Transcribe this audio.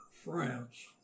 France